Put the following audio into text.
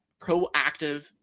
proactive